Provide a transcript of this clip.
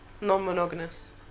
Non-monogamous